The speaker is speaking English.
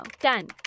done